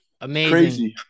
Amazing